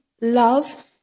love